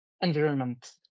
environment